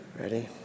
Ready